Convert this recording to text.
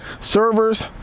Servers